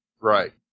Right